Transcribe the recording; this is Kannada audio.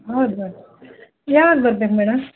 ಹೌದು ಹೌದು ಯಾವಾಗ ಬರ್ಬೇಕು ಮೇಡಮ್